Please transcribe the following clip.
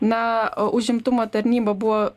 na užimtumo tarnyba buvo